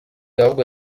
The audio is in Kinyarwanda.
ahubwo